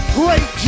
great